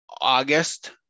August